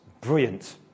brilliant